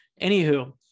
Anywho